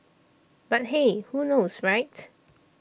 but hey who knows right